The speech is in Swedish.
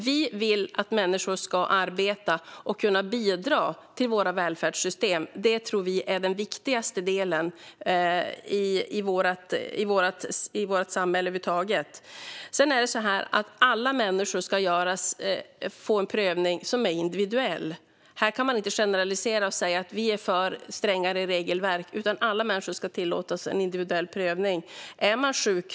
Vi vill att människor ska arbeta och kunna bidra till våra välfärdssystem. Det tror vi är den viktigaste delen i vårt samhälle över huvud taget. Dessutom ska alla människor få en prövning som är individuell. Här kan man inte generalisera och säga att vi är för strängare regelverk, utan alla människor ska få en individuell prövning.